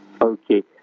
okay